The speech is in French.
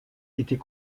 était